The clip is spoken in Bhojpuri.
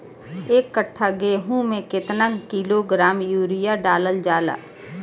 एक कट्टा गोहूँ में केतना किलोग्राम यूरिया डालल जाला?